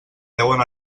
deuen